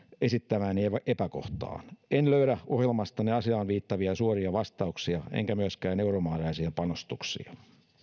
esittämääni epäkohtaan en löydä ohjelmastanne asiaan viittaavia suoria vastauksia enkä myöskään euromääräisiä panostuksia